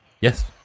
Yes